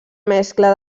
mescla